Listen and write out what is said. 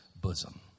bosom